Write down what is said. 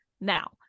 now